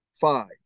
Five